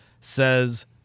says